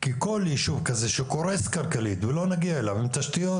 כי כל יישוב כזה שקורס כלכלית ולא נגיע אליו עם תשתיות,